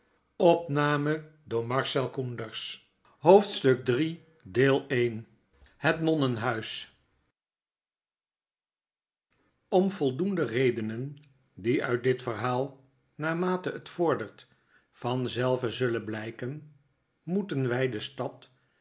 hoofdstuk iii het nonnenhuis om voldoende redenen die uit dit verhaal naarmate het vordert vanzelven zullen blflken moeten wy de stad